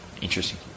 interesting